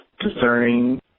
concerning